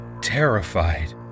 terrified